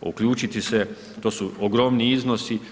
uključiti se, to su ogromni iznosi.